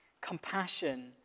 Compassion